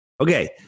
Okay